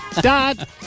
Dad